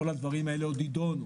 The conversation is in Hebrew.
כל הדברים האלה עוד יידונו.